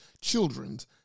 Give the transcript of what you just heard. children's